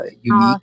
unique